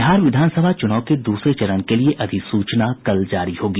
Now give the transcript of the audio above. बिहार विधानसभा चुनाव के दूसरे चरण के लिए अधिसूचना कल जारी होगी